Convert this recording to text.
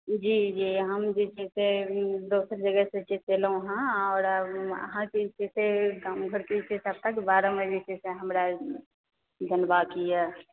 जी जी जी हम जे छै से दोसर जगह से अयलहुँ हॅं आओर अहाँके जे छै से गाम घरके जे छै से सभटाके बारेमे जे छै से जानबाके यऽ